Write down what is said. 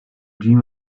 dream